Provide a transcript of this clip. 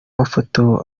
mafoto